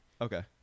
Okay